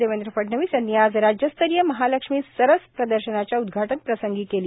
देवेंद्र फडणवीस यांनी आज राज्यस्तरीय महालक्ष्मी सरस प्रदर्शनाच्या उद्घाटन प्रसंगी केली